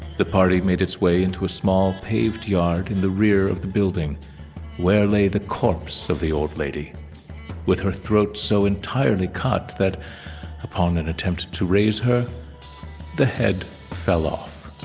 the party made its way into a small paved yard in the rear of the building where lay the corpse of the old lady with her throat so entirely cut that upon an attempt to raise her the head fell off.